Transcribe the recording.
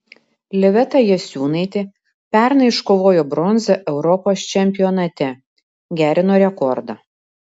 liveta jasiūnaitė pernai iškovojo bronzą europos čempionate gerino rekordą